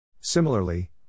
Similarly